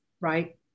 right